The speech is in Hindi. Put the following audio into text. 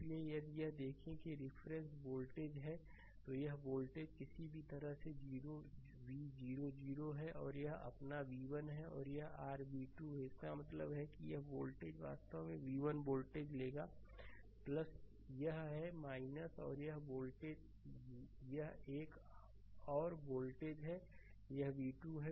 इसलिए यदि यह देखें कि यह रिफरेंस वोल्टेज है तो यह वोल्टेज किसी भी तरह से 0 v 0 0 है और यह अपना v1 है और यह r v2 है इसका मतलब है कि यह वोल्टेज वास्तव में v1 यह वोल्टेज लेगा यह है और यह वोल्टेज यह एक और वोल्टेज है यह v2 है